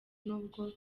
nubwo